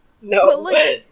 No